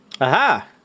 Aha